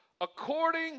according